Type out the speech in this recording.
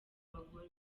abagore